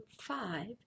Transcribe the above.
five